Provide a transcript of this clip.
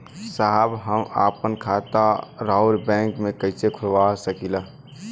साहब हम आपन खाता राउर बैंक में कैसे खोलवा सकीला?